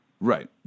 Right